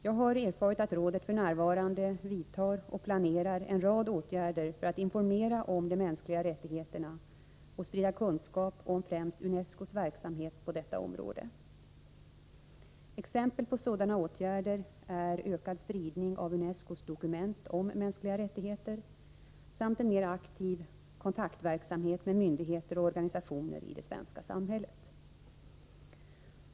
Jag har erfarit att rådet f. n. vidtar eller planerar en rad åtgärder för att informera om de mänskliga rättigheterna och sprida kunskap om främst UNESCO:s verksamhet på detta område. Exempel på sådana åtgärder är ökad spridning av UNESCO:s dokument om mänskliga rättigheter samt en mer aktiv kontaktverksamhet med myndigheter och organisationer i det svenska samhället.